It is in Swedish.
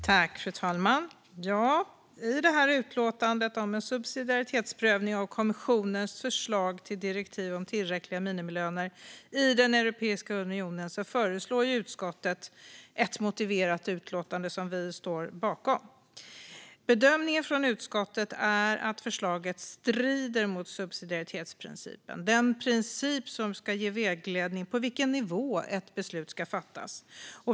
Fru talman! I utlåtandet om en subsidiaritetsprövning av kommissionens förslag till direktiv om tillräckliga minimilöner i Europeiska unionen föreslår utskottet ett motiverat utlåtande som vi står bakom. Bedömningen från utskottet är att förslaget strider mot subsidiaritetsprincipen. Det är den princip som ska ge vägledning på vilken nivå ett beslut ska fattas.